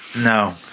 No